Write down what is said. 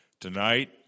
tonight